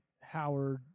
Howard